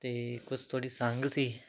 ਅਤੇ ਕੁਛ ਥੋੜ੍ਹੀ ਸੰਗ ਸੀ